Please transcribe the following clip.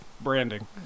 branding